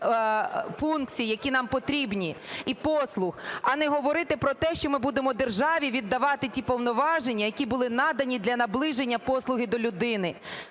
які нам потрібні, і послуг. А не говорити про те, що ми будемо державі віддавати ті повноваження, які були надані для наближення послуги до людини.